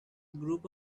group